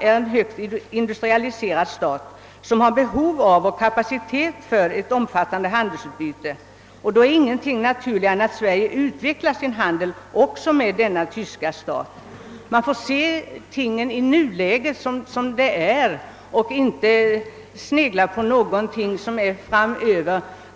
är en högt industrialiserad stat som har behov av och kapacitet för ett omfattande handelsutbyte. Ingenting är därför naturligare än att Sverige utvecklar sin handel också med denna tyska stat. Man får se tingen som de är i nuläget och inte snegla på sådant som ligger i framtiden.